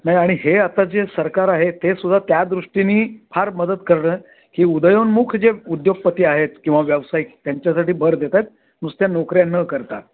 ना आणि हे आता जे सरकार आहे ते सुद्धा त्या दृष्टीनी फार मदत करणं की उदयोन्मुख जे उद्योगपती आहेत किंवा व्यावसायिक त्यांच्यासाठी भर देत आहेत नुसत्या नोकऱ्या न करता